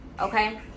Okay